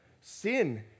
sin